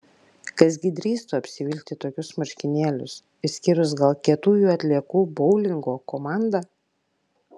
kas gi drįstų apsivilkti tokius marškinėlius išskyrus gal kietųjų atliekų boulingo komandą